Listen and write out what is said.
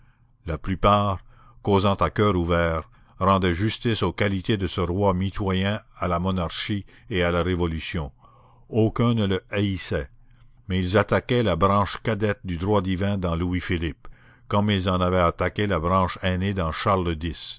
la plupart causant à coeur ouvert rendaient justice aux qualités de ce roi mitoyen à la monarchie et à la révolution aucun ne le haïssait mais ils attaquaient la branche cadette du droit divin dans louis-philippe comme ils en avaient attaqué la branche aînée dans charles